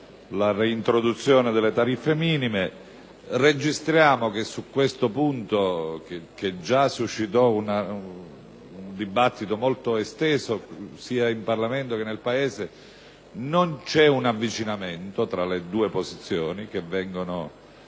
la reintroduzione delle tariffe minime e registriamo che su questo punto, che già suscitò un dibattito molto esteso sia in Parlamento che nel Paese, non c'è un avvicinamento tra le due posizioni che vengono